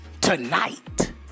tonight